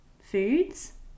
foods